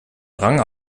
rang